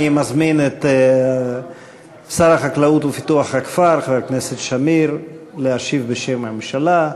אני מזמין את שר החקלאות ופיתוח הכפר חבר הכנסת שמיר להשיב בשם הממשלה.